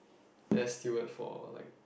air steward for like